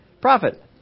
profit